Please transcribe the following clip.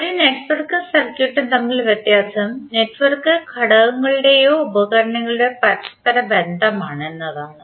ഒരു നെറ്റ്വർക്കും സർക്യൂട്ടും തമ്മിലുള്ള വ്യത്യാസം നെറ്റ്വർക്ക് ഘടകങ്ങളുടെയോ ഉപകരണങ്ങളുടെയോ പരസ്പര ബന്ധമാണ് എന്നതാണ്